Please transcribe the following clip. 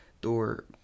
door